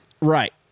Right